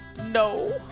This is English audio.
No